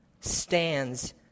stands